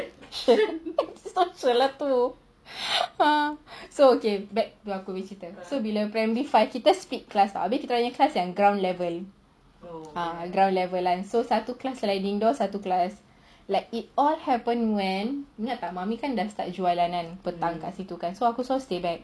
antisocial lah tu so okay back tu aku punya cerita so bila primary five kita split class [tau] abeh kita orang punya class ground level ground level kan so satu class satu class it all happen when mummy kan dah start jual kan kat situ so aku selalu stay back